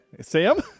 Sam